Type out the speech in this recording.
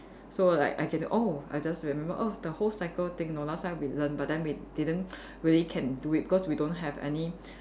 so like I can oh I just remembered oh the whole cycle thing know last time we learn but then we didn't really can do it because we don't have any